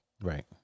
Right